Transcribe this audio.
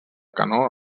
canó